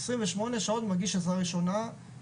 28 שעות מגיש עזרה ראשונה,